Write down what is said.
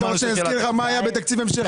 אתה רוצה שאני אזכיר לך מה היה בתקציב ההמשכי,